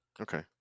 Okay